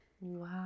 Wow